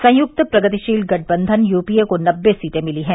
संयुक्त प्रगतिशील गठबंघन यूपीए को नबे सीटें मिली हैं